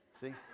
See